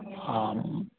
आम्